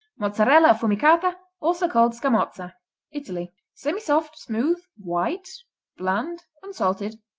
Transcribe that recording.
mozzarella-affumicata, also called scamozza italy semisoft smooth white bland un-salted.